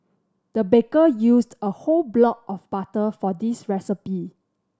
the baker used a whole block of butter for this recipe